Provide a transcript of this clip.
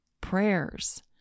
prayers